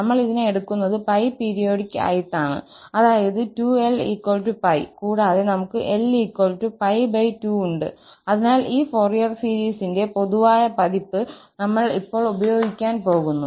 നമ്മൾ ഇതിനെ എടുക്കുന്നത് 𝜋 പീരിയോഡിക് ആയിട്ടാണ് അതായത് 2𝑙𝜋 കൂടാതെ നമുക് 𝑙𝜋2ഉണ്ട് അതിനാൽ ഈ ഫൊറിയർ സീരീസിന്റെ പൊതുവായ പതിപ്പ് നമ്മൾ ഇപ്പോൾ ഉപയോഗിക്കാൻ പോകുന്നു